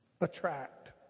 attract